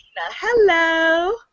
Hello